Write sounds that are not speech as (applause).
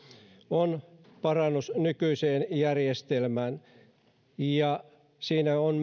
on parannus nykyiseen järjestelmään siinä on (unintelligible)